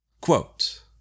Quote